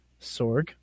Sorg